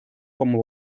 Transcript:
como